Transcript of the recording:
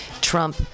Trump